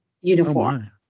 uniform